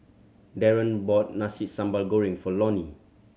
Darren bought Nasi Sambal Goreng for Lonie